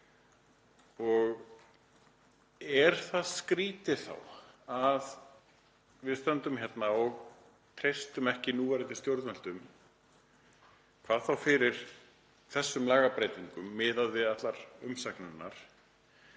Er þá skrýtið að við stöndum hérna og treystum ekki núverandi stjórnvöldum, hvað þá fyrir þessum lagabreytingum, miðað við allar umsagnirnar,